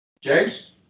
James